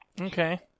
Okay